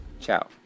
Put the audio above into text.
Ciao